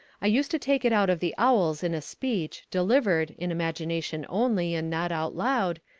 i used to take it out of the owls in a speech, delivered, in imagination only and not out loud,